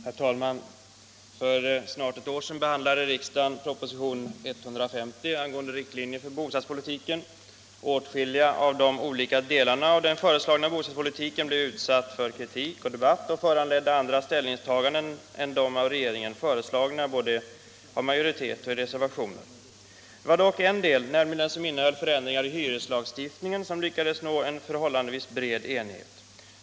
Herr talman! För snart ett år sedan behandlade riksdagen propositionen 1974:150 angående riktlinjer för bostadspolitiken m.m. Åtskilliga av de olika delarna av den föreslagna bostadspolitiken blev utsatta för kritik och debatt och föranledde andra ställningstaganden än de av regeringen föreslagna, både av majoritet och i reservationer. Det var dock en del, nämligen den som innehöll förändringar i hyreslagstiftningen, som lyckades nå en förhållandevis bred enighet.